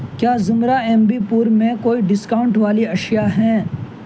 کیا زمرہ امبی پور میں کوئی ڈسکاؤنٹ والی اشیا ہیں